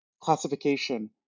classification